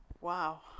Wow